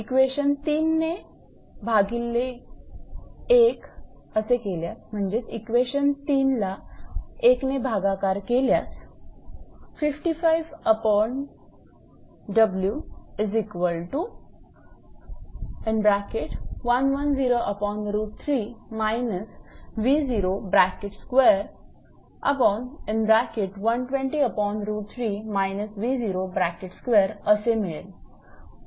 equation 3 भागिले 1 असे केल्यास असे मिळेल